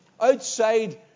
Outside